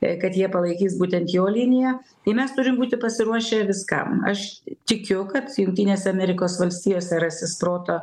tai kad jie palaikys būtent jo liniją tai mes turim būti pasiruošę viskam aš tikiu kad jungtinėse amerikos valstijose rasis proto